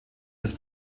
des